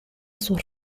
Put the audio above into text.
sus